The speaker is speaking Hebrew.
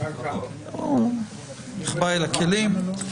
נחבא אל הכלים?